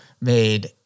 made